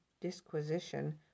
disquisition